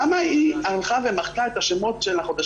למה היא הלכה ומחקה את השמות של החודשים.